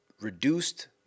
reduced